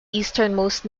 easternmost